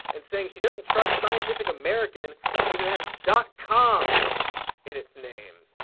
and saying she doesn't trust scientific american because it has dot com in its name.